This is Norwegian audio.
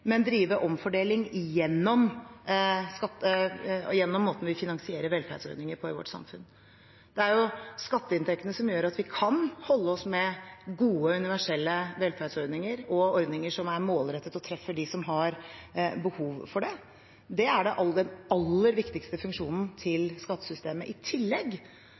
men å drive omfordeling gjennom måten vi finansierer velferdsordninger på i vårt samfunn. Det er skatteinntektene som gjør at vi kan holde oss med gode, universelle velferdsordninger og ordninger som er målrettede, og som treffer dem som har behov for det. Det er den aller viktigste funksjonen til skattesystemet. I tillegg